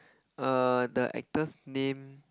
err the actor's name